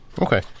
okay